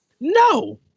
No